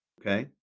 okay